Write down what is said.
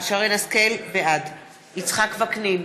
בעד יצחק וקנין,